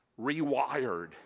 rewired